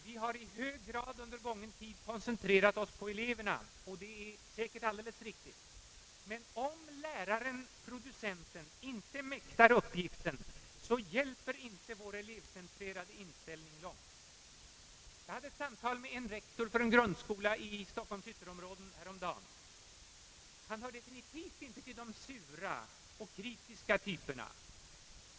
Vi har i hög grad under gången tid koncentrerat oss på eleverna, och det är säkert alldeles riktigt, men om läraren-producenten inte mäktar uppgiften så hjälper inte vår elevcentrerade inställning. Jag hade ett samtal med en rektor för en grundskola i Stockholms ytterområden häromdagen. Han hör definitivt inte till de sura och kritiska typerna.